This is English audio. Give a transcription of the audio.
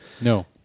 No